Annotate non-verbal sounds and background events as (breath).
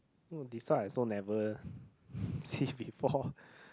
no this one I also never (breath) see before